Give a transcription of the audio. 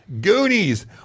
Goonies